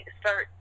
start